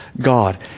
God